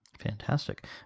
Fantastic